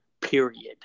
period